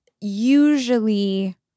usually